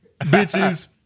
bitches